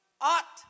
ought